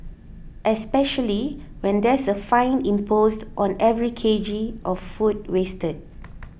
especially when there's a fine imposed on every K G of food wasted